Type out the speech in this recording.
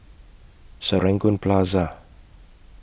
Serangoon Plaza